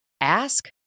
ask